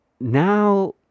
now